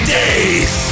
days